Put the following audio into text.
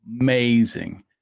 amazing